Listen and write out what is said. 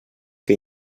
que